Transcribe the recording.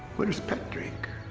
where is patrick.